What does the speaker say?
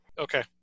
Okay